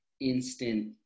instant